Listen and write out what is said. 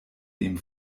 dem